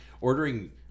ordering